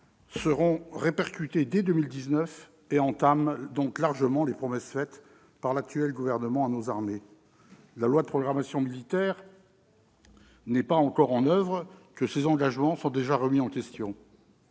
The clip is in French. seront répercutés dès 2019 et entament donc largement les promesses faites par l'actuel gouvernement à nos armées. La loi de programmation militaire n'est pas encore en oeuvre que ces engagements sont déjà remis en question.